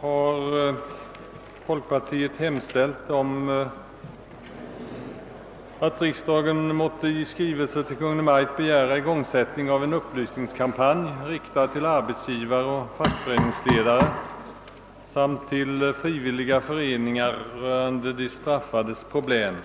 har folkpartiet hemställt att riksdagen måtte i skrivelse till Kungl. Maj:t begära igångsättande av en upplysningskampanj riktad till arbetsgivare och fackföreningsledare samt till de frivilliga föreningarna om de straffades problem.